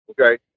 okay